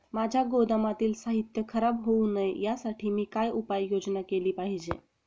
माझ्या गोदामातील साहित्य खराब होऊ नये यासाठी मी काय उपाय योजना केली पाहिजे?